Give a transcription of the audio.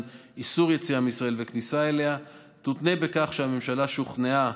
איסור יציאה מישראל וכניסה אליה יותנה בכך שהממשלה שוכנעה,